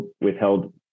withheld